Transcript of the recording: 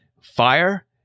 fire